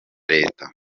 leta